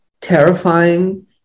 terrifying